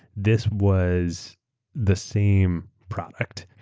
this was the same product